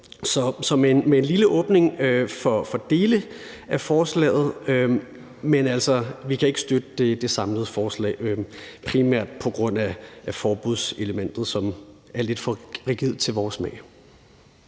Så der er en lille åbning over for dele af forslaget, men vi kan altså ikke støtte det samlede forslag, primært på grund af forbudselementet, som er lidt for rigidt til vores smag.